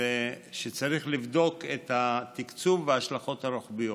שצריך לבדוק את התקצוב בהשלכות הרוחביות.